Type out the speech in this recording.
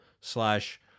slash